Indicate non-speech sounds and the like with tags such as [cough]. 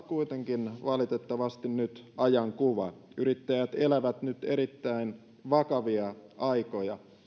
[unintelligible] kuitenkin valitettavasti nyt ajankuva yrittäjät elävät nyt erittäin vakavia aikoja